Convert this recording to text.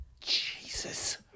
Jesus